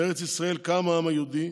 "בארץ ישראל קם העם היהודי,